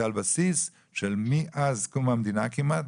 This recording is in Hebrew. זה על בסיס של מאז קום המדינה כמעט,